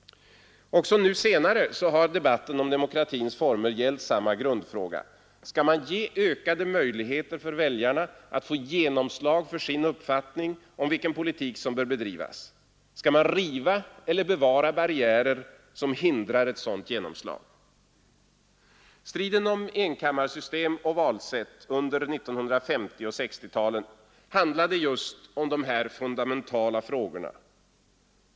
Också nu senare har debatten om demokratins former gällt samma grundfråga: Skall man ge ökade möjligheter för väljarna att få genomslag för sin uppfattning om vilken politik som bör drivas? Skall man riva eller bevara barriärer som hindrar ett sådant genomslag? Striden om enkammarsystem och valsätt under 1950 och 1960-talen handlade just om dessa fundementala frågor.